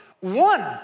one